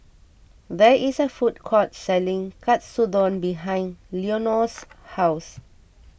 there is a food court selling Katsudon behind Leonor's house